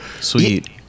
sweet